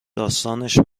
داستانش